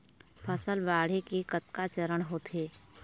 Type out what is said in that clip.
फसल बाढ़े के कतका चरण होथे?